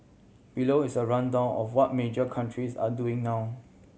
below is a rundown of what major countries are doing now